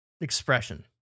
expression